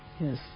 Yes